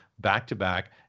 back-to-back